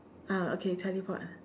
ah okay teleport